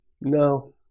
No